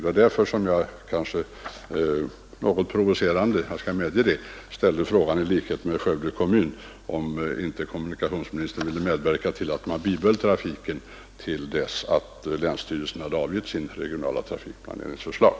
Det var därför som jag — kanske litet provocerande, jag medger det — i likhet med Skövde kommun ställde frågan, om inte kommunikationsministern ville medverka till att man bibehöll trafiken till dess att länsstyrelsen hade avgivit sitt regionala trafikplaneringsförslag.